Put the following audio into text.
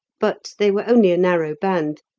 but they were only a narrow band,